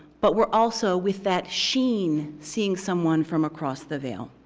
but we're also, with that sheen, seeing someone from across the veil.